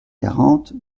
quarante